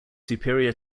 superior